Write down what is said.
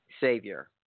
Savior